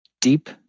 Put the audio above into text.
deep